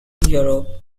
europe